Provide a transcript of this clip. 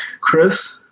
chris